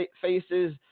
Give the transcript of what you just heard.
faces